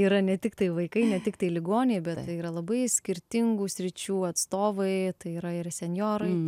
yra ne tiktai vaikai ne tiktai ligoniai bet yra labai skirtingų sričių atstovai tai yra ir senjorai